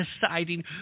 deciding